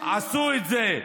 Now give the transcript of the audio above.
ויווה.